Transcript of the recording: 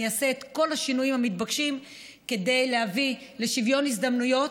אני אעשה את כל השינויים המתבקשים כדי להביא לשוויון הזדמנויות